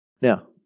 Now